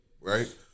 right